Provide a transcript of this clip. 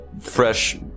fresh